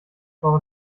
frau